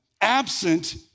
absent